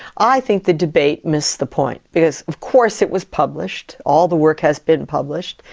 i think the debate missed the point because of course it was published, all the work has been published,